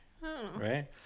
Right